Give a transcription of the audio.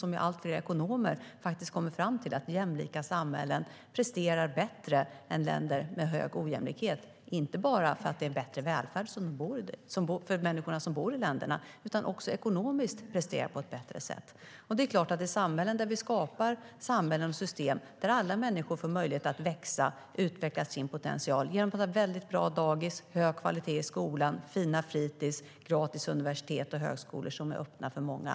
Det är allt fler ekonomer som kommit fram till att jämlika samhällen presterar bättre än länder med hög ojämlikhet. Det gör de inte bara för att det är bättre välfärd för människorna som bor i länderna, utan de presterar också ekonomiskt på ett bättre sätt. Det är samhällen där vi skapar system som gör att alla människor får möjlighet att växa och utveckla sin potential. Det gör vi genom att vi har väldigt bra dagis, hög kvalitet i skolan, fina fritis och gratis universitet och högskolor som är öppna för många.